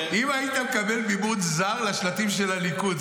אם היית מקבל מימון זר לשלטים של הליכוד,